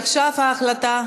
עכשיו ההחלטה,